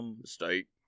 Mistake